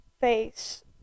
face